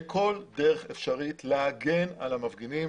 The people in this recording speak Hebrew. בכל דרך אפשרית להגן על המפגינים.